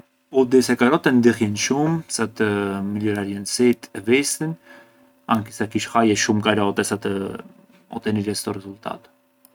U di se karotet ndihjën shumë sa të miljorarjën sytë e vistën anki se kish haje shumë karote sa të otinirje stu risultatu.